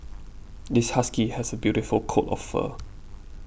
this husky has a beautiful coat of fur